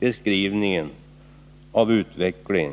beskrivningen av utvecklingen.